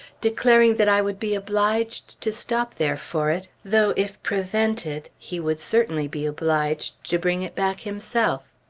declaring that i would be obliged to stop there for it, though, if prevented, he would certainly be obliged to bring it back himself.